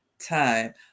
time